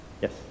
Yes